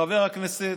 לחבר הכנסת